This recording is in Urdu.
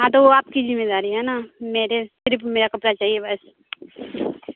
ہاں تو وہ آپ کی ذمہ داری ہے نا میرے صرف میرا کپڑا چاہیے بس